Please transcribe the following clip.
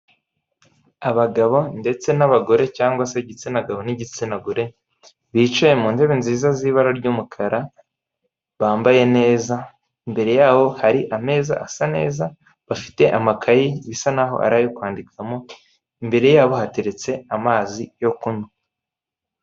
Abagabo ndetse n'abagore cyangwa se igitsina gabo n'igitsina gore, bicaye mu ntebe nziza z'ibara ry'umukara bambaye neza, imbere yaho hari ameza asa neza, bafite amakayi bisa naho ari ayo kwandikamo, imbere yabo hateretse amazi yo kunywa.